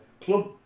club